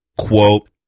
Quote